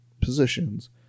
positions